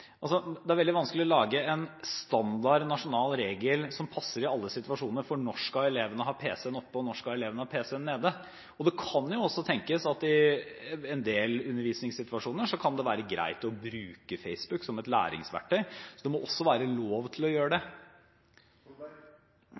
det er veldig vanskelig å lage en standard, nasjonal regel for når elevene skal ha pc-en oppe, og når elevene skal ha pc-en nede, som passer i alle situasjoner. Det kan også tenkes at i en del undervisningssituasjoner kan det være greit å bruke Facebook som et læringsverktøy, så det må også være lov til å gjøre det.